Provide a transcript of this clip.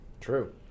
True